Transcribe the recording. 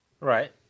Right